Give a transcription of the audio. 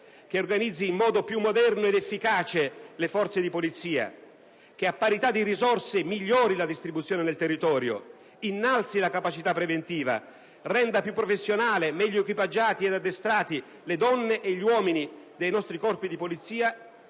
che organizzi in modo più moderno ed efficace le forze di polizia e che, a parità di risorse, migliori la distribuzione sul territorio, innalzi la capacità preventiva e renda più professionali e meglio equipaggiati ed addestrati le donne e gli uomini dei nostri corpi di polizia,